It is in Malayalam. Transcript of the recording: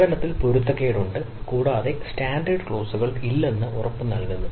സേവനത്തിൽ പൊരുത്തക്കേടുണ്ട് കൂടാതെ സ്റ്റാൻഡേർഡ് ക്ലോസുകൾ ഇല്ലെന്ന് ഉറപ്പ് നൽകുന്നു